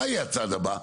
מה יהיה הצעד הבא?